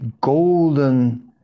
golden